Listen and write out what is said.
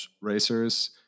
racers